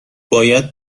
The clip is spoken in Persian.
باید